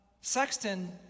Sexton